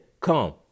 come